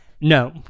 No